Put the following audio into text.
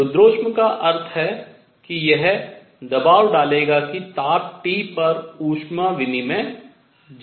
रुद्धोष्म का अर्थ है कि यह दबाव डालेगा कि ताप T पर ऊष्मा विनिमय 0 था